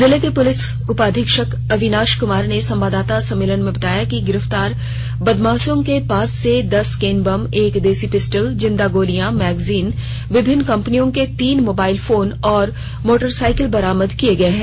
जिले के पुलिस उपाधीक्षक अविनाश कुमार ने संवाददाता सम्मलेन में बताया कि गिरफ्तार बदमाशों के पास से दस केन बम एक देशी पिस्टल जिंदा गोलियां मैगजीन विभिन्न कंपनियों के तीन मोबाईल फोन और मोटरसाईकिल बरामद किये गए हैं